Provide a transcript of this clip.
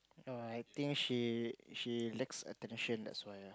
err I think she she lacks attention that's why lah